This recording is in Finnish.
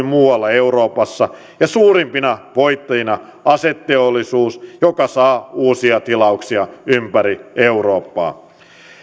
muualla euroopassa ja suurimpina voittajina aseteollisuus joka saa uusia tilauksia ympäri eurooppaa